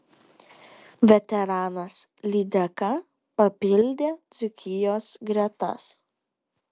veteranas lydeka papildė dzūkijos gretas